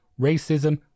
racism